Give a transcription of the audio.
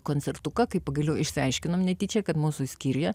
koncertuką kai pagaliau išsiaiškinom netyčia kad mūsų skyriuje